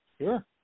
sure